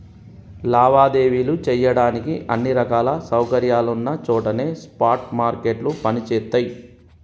లావాదేవీలు చెయ్యడానికి అన్ని రకాల సౌకర్యాలున్న చోటనే స్పాట్ మార్కెట్లు పనిచేత్తయ్యి